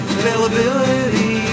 availability